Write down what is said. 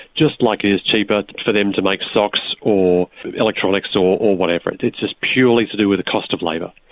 just like it is cheaper for them to make socks or electronics or or whatever, it's just purely to do with the cost of labour.